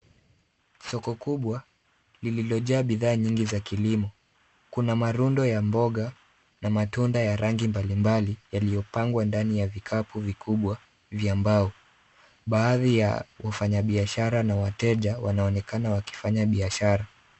Soko kubwa lililojaa bidhaa nyingi za kilimo. Kuna marundo ya mboga na matunda ya rangi mbalimbali yaliyopangwa ndani ya vikapu vikubwa vya mbao. Baadhi ya wafanyabiashara na wateja wanaonekana wakifanya biashara.